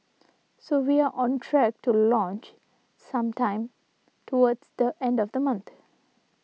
so we're on track to launch sometime towards the end of the month